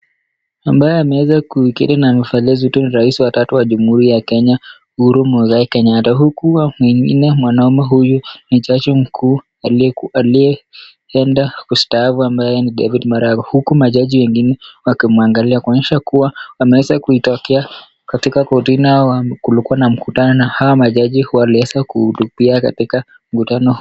ambaye ameweza kuikiri na amevalia sauti, rais wa tatu wa Jamhuri ya Kenya Uhuru Muigai Kenyatta. Huku mwingine mwanaume huyu ni jaji mkuu aliye aliyeenda kustaafu ambaye ni David Maraga. Huku majaji wengine wakimwangalia kuonyesha kuwa wameweza kuitokea katika korti nao kulikuwa na mkutano na hawa majaji waliweza kutubia katika mkutano.